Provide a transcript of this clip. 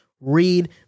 read